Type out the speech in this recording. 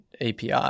api